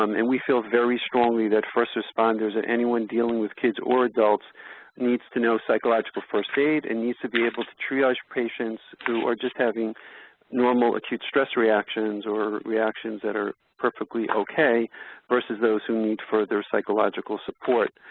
um and we feel very strongly that first responders and anyone dealing with kids or adults needs to know psychological first aid and needs to be able to triage patients who are just having normal acute stress reactions or reactions that are perfectly okay versus those who need further psychological support.